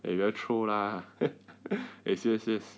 eh 不要 troll lah eh serious serious